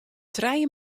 trije